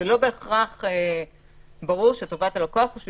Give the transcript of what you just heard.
זה לא בהכרח ברור שטובת הלקוח היא שהוא